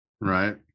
Right